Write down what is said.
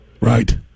right